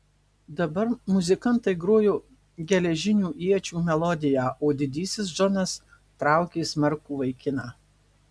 dabar muzikantai grojo geležinių iečių melodiją o didysis džonas traukė smarkų vaikiną